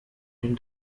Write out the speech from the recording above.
dem